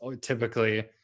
typically